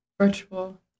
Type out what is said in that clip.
virtual